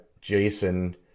Jason